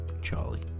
Charlie